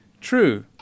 true